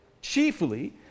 chiefly